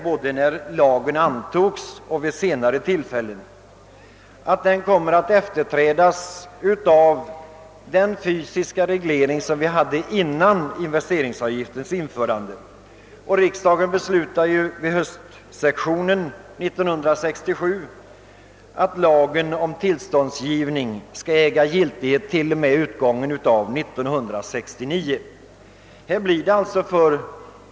Både när lagen antogs och vid senare tillfällen har det emellertid framhållits, att investeringsavgiften kommer att efterträdas av den fysiska reglering som vi hade före investeringsavgiftens införande. Riksdagen beslutade också under höstsessionen 1967, att lagen om tillståndsgivning skall äga giltighet t.o.m. augusti 1969.